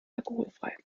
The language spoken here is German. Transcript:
alkoholfrei